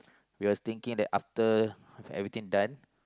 we were thinking that after everything done